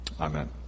Amen